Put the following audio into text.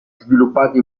sviluppati